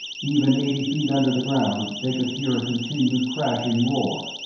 even eighty feet under the ground, they could hear a continued crashing roar.